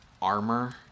Armor